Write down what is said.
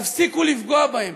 תפסיקו לפגוע בהם.